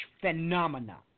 phenomena